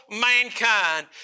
mankind